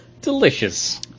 delicious